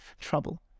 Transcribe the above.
trouble